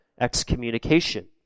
excommunication